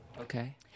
Okay